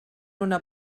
una